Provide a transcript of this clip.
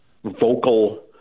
vocal